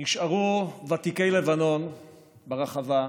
נשארו ותיקי לבנון ברחבה,